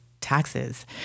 taxes